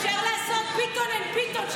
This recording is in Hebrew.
אפשר לעשות ביטון אנד ביטון,